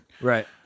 Right